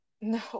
No